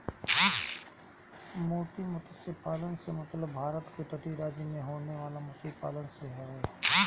मोती मतस्य पालन से मतलब भारत के तटीय राज्य में होखे वाला मछरी पालन से हवे